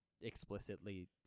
explicitly